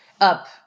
up